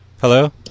Hello